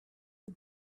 the